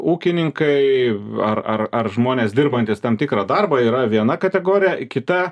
ūkininkai ar ar ar žmonės dirbantys tam tikrą darbą yra viena kategorija kita